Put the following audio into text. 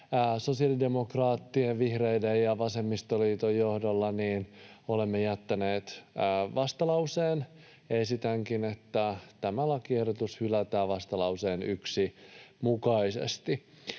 sosiaalidemokraattien, vihreiden ja vasemmistoliiton johdolla olemme jättäneet vastalauseen. Esitänkin, että tämä lakiehdotus hylätään vastalauseen 1 mukaisesti.